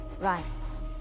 rights